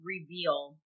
reveal